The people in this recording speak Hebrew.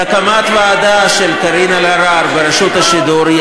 על הקמת הוועדה של קארין אלהרר על רשות השידור.